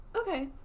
Okay